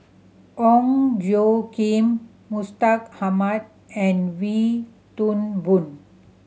Ong Tjoe Kim Mustaq Ahmad and Wee Toon Boon